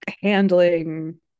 handling